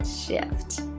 shift